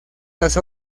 las